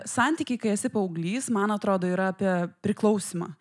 santykiai kai esi paauglys man atrodo yra apie priklausymą